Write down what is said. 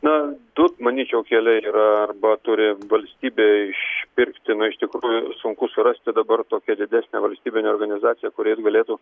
na du manyčiau keliai yra arba turi valstybė išpirkti na iš tikrųjų sunku surasti dabar tokią didesnę valstybinę organizaciją kuri galėtų